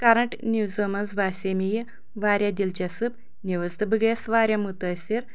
current نیوزو منٛز باسے مےٚ یہِ واریاہ دِلچَسپ نیؤز تہٕ بہٕ گٔیَس واریاہ مُتٲثر